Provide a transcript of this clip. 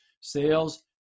sales